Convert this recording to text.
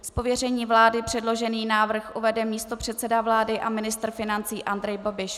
Z pověření vlády předložený návrh uvede místopředseda vlády a ministr financí Andrej Babiš.